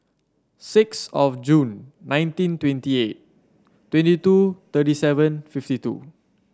six of June nineteen twenty eight twenty two thirty seven fifty two